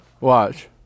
Watch